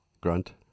grunt